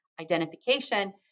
identification